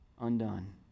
undone